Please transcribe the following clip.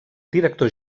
director